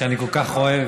שאני כל כך אוהב,